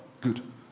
Good